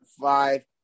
five